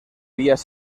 días